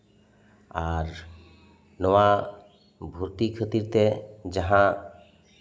ᱟᱨ ᱱᱚᱶᱟ ᱵᱷᱚᱨᱛᱤ ᱠᱷᱟᱹᱛᱤᱨᱛᱮ ᱡᱟᱦᱟᱸ